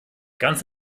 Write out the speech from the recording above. ganz